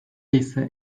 ise